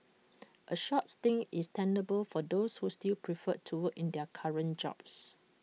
A short stint is tenable for those who still prefer to work in their current jobs